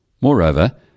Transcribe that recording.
Moreover